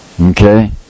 Okay